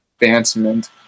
advancement